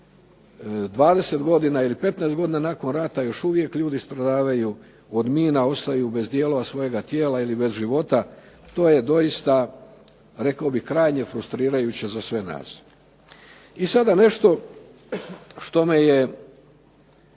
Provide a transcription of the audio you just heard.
20 godina ili 15 godina nakon rata još uvijek ljudi stradavaju od mina, ostaju bez dijelova svojega tijela ili bez života. To je doista, rekao bih, krajnje frustrirajuće za sve nas. I sada nešto što me je